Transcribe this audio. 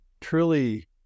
truly